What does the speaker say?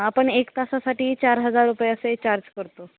आपण एक तासासाठी चार हजार रुपये असे चार्ज करतो